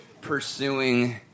pursuing